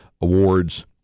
awards